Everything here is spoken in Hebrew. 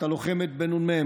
את הלוחמת בנ"מ,